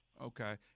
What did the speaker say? Okay